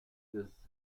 des